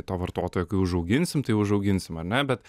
to vartotojo kai užauginsiam tai užauginsime ar ne bet